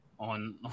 on